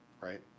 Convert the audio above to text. Right